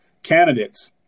Candidates